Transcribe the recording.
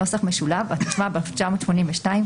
התשמ"ב-1982,